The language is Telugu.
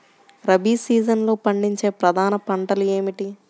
రబీ సీజన్లో పండించే ప్రధాన పంటలు ఏమిటీ?